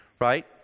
right